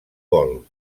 gol